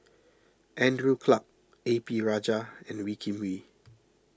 Andrew Clarke A P Rajah and Wee Kim Wee